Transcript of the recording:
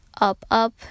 up-up